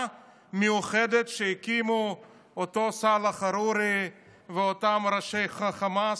מיוחדת שהקימו אותו סאלח חרורי ואותם ראשי חמאס,